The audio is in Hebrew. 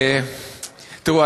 תראו,